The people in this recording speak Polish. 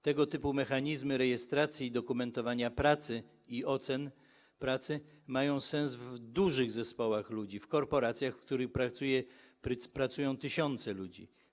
Tego typu mechanizmy rejestracji i dokumentowania pracy i ocen pracy mają sens w dużych zespołach ludzi, w korporacjach, w których pracują tysiące ludzi.